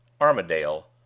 Armadale